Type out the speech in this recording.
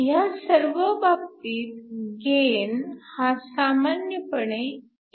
ह्या सर्व बाबतीत गेन हा सामान्यपणे 1 असतो